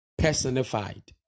personified